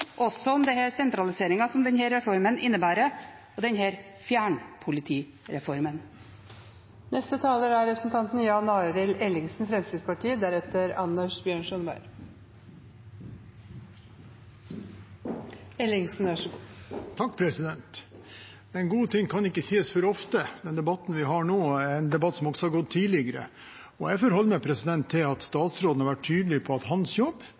også om sentraliseringen som denne reformen innebærer – denne fjernpolitireformen. En god ting kan ikke sies for ofte. Den debatten vi har nå, er en debatt som også har gått tidligere, og jeg forholder meg til at statsråden har vært tydelig på at hans jobb